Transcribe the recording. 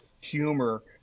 humor